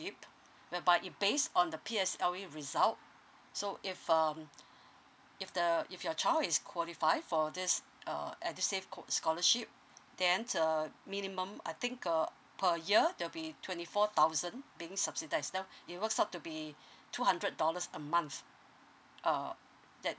whereby it base on the P_S_L_E result so if um if the if your child is qualify for this uh edusave sholar~ scholarship then uh minimum I think err per year there'll be twenty four thousand being subsidise now it works out to be two hundred dollars a month uh that